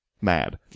mad